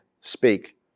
speak